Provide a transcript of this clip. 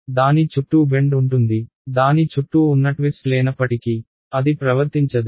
దాని చుట్టూ బెండ్ ఉంటుంది దాని చుట్టూ ఉన్న ట్విస్ట్ లేనప్పటికీ అది ప్రవర్తించదు